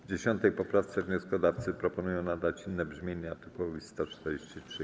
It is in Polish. W 10. poprawce wnioskodawcy proponują nadać inne brzmienie art. 143.